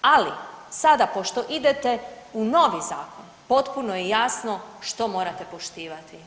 Ali sada pošto idete u novi zakon, potpuno je jasno što morate poštivati.